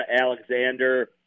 Alexander